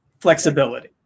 flexibility